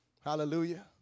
Hallelujah